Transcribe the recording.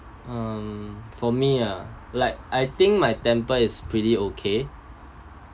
um for me ah like I think my temper is pretty okay